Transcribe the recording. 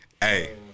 Hey